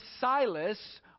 Silas